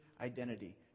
identity